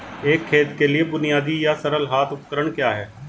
एक खेत के लिए बुनियादी या सरल हाथ उपकरण क्या हैं?